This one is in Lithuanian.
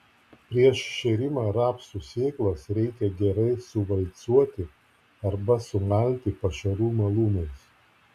prieš šėrimą rapsų sėklas reikia gerai suvalcuoti arba sumalti pašarų malūnais